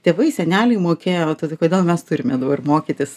tėvai seneliai mokėjo tad kodėl mes turime dabar mokytis